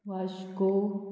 Vasco